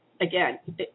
Again